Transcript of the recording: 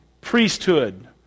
priesthood